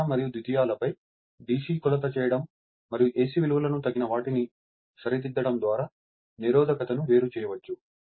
ప్రాధమిక మరియు ద్వితీయాలపై DC కొలత చేయడం మరియు AC విలువలకు తగిన వాటిని సరిదిద్దడం ద్వారా నిరోధకతను వేరు చేయవచ్చు